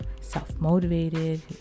self-motivated